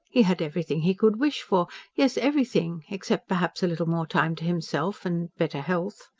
he had everything he could wish for yes, everything, except perhaps a little more time to himself, and better health.